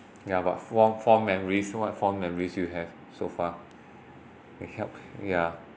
ya but fond fond memories what fond memories you have so far and help ya